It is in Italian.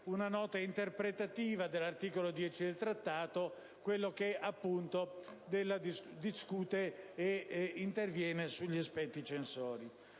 una nota interpretativa dell'articolo 10 del Trattato, che discute ed interviene sugli aspetti censori.